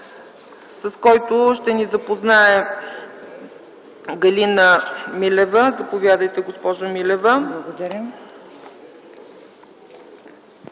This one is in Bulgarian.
с който ще ни запознае Галина Милева. Заповядайте, госпожо Милева. ДОКЛАДЧИК